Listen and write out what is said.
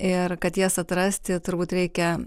ir kad jas atrasti turbūt reikia